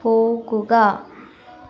പോകുക